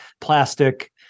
plastic